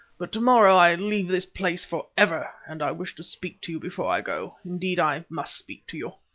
but to-morrow i leave this place for ever, and i wish to speak to you before i go indeed, i must speak to you.